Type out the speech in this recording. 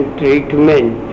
treatment